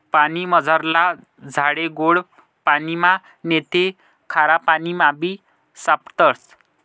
पानीमझारला झाडे गोड पाणिमा नैते खारापाणीमाबी सापडतस